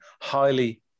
highly